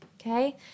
Okay